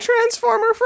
Transformer